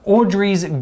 Audrey's